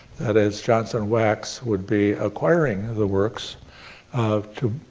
that is, johnson wax would be acquiring the works um to,